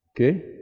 okay